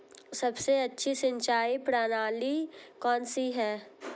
सबसे अच्छी सिंचाई प्रणाली कौन सी है?